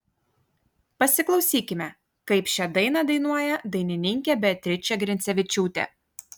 pasiklausykime kaip šią dainą dainuoja dainininkė beatričė grincevičiūtė